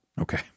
okay